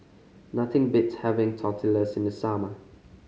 nothing beats having Tortillas in the summer